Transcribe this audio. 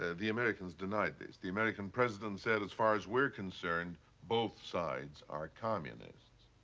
ah the americans denied this. the american president said, as far as we're concerned both sides are communists.